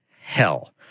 hell